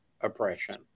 oppression